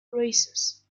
races